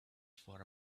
for